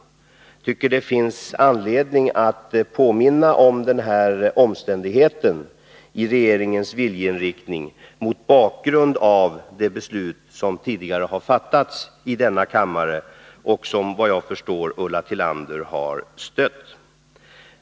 Jag tycker att det när det gäller regeringens viljeinriktning finns anledning att påminna om detta, mot bakgrund av det beslut som tidigare har fattats i denna kammare och som Ulla Tillander, såvitt jag förstår, har stött.